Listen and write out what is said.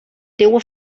teua